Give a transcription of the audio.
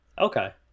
Okay